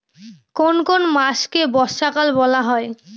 কোন কোন মাসকে বর্ষাকাল বলা হয়?